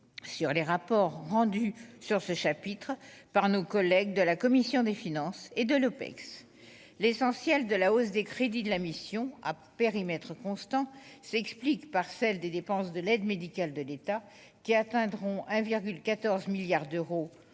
sur les rapports rendus sur ce chapitre par nos collègues de la commission des finances et de l'OPEX, l'essentiel de la hausse des crédits de la mission à périmètre constant, s'explique par celle des dépenses de l'aide médicale de l'État qui atteindront 1,14 milliards d'euros